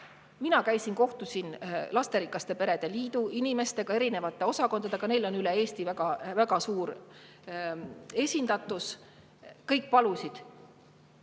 Mina kohtusin lasterikaste perede liidu inimestega, liidu erinevate osakondadega. Neil on üle Eesti väga suur esindatus. Kõik palusid,